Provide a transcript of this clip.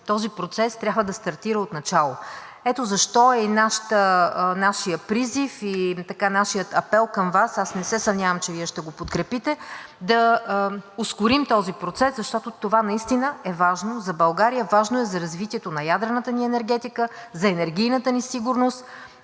този процес трябва да стартира отначало. Ето защо е и нашият призив, и нашият апел към Вас – аз не се съмнявам, че Вие ще го подкрепите – да ускорим този процес, защото това наистина е важно за България, важно е за развитието на ядрената ни енергетика, за енергийната ни сигурност